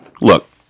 Look